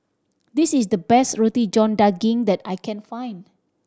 this is the best Roti John Daging that I can find